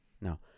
No